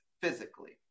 physically